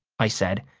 i said,